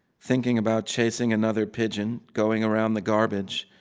thinking about chasing another pigeon, going around the garbage,